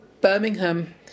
Birmingham